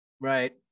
Right